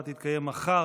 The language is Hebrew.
הישיבה הבאה תתקיים מחר,